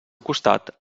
costat